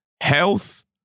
health